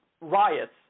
riots